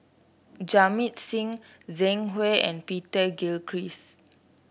Jamit Singh Zhang Hui and Peter Gilchrist